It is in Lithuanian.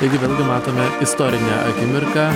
taigi vėlgi matome istorinę akimirką